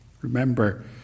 remember